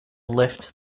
left